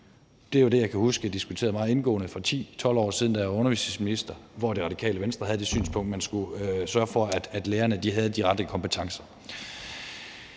Det er det, jeg kan huske jeg diskuterede meget indgående for 10-12 år siden, da jeg var undervisningsminister, hvor Radikale Venstre havde det synspunkt, at man skulle sørge for, at lærerne havde de rette kompetencer.